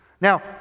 Now